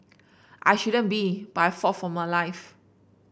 I shouldn't be but I fought for my life